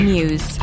News